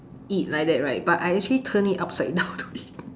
eat like that right but I actually turn it upside down to eat